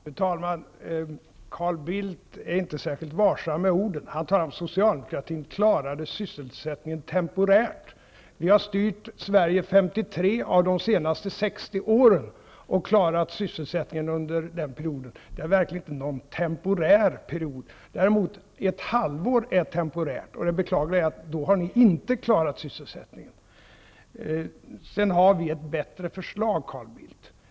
Fru talman! Carl Bildt är inte särskilt varsam med orden. Han talar om att Socialdemokratin klarade sysselsättningen temporärt. Vi har styrt Sverige i 53 av de senaste 60 åren och klarat sysselsättningen under den perioden. Det är verkligen inte någon temporär period. Ett halvår däremot är en temporär period, och det beklagliga är att ni under den perioden inte har klarat sysselsättningen. Sedan har vi har ett bättre förslag, Carl Bildt.